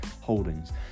holdings